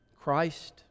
Christ